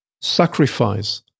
sacrifice